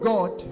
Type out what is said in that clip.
God